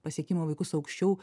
pasiekimo vaikus aukščiau